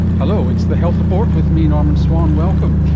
hello, it's the health report with me, norman swan, welcome.